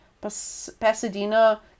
Pasadena